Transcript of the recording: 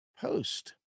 post